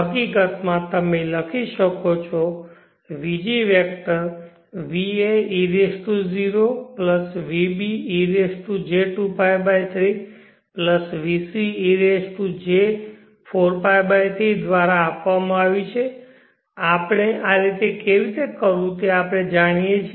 હકીકતમાં તમે લખી શકો છો vg vector vae0 vb e j2π3 vcej4π3 દ્વારા આપવામાં આવ્યું છે આપણે આ કેવી રીતે કરવું તે આપણે જાણીએ છીએ